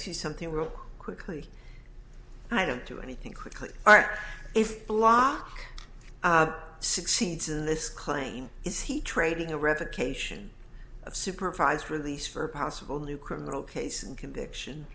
you something real quickly i don't do anything quickly or if the law succeeds in this claim is he trading a revocation of supervised release for a possible new criminal case and conviction